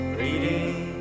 reading